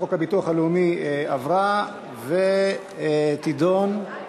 חוק הביטוח הלאומי (תיקון, הרחבת